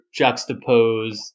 juxtapose